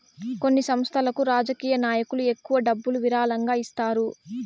కొన్ని సంస్థలకు రాజకీయ నాయకులు ఎక్కువ డబ్బులు విరాళంగా ఇస్తారు